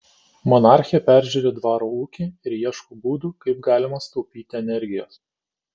monarchė peržiūri dvaro ūkį ir ieško būdų kaip galima sutaupyti energijos